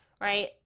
right